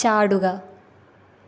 ചാടുക